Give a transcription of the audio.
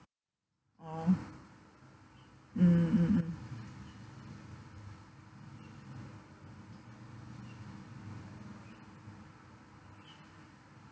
orh mm mm mm